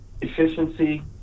efficiency